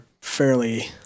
fairly